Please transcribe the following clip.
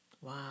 Wow